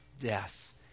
death